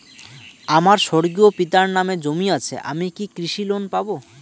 আমার স্বর্গীয় পিতার নামে জমি আছে আমি কি কৃষি লোন পাব?